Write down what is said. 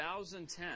2010